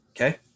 Okay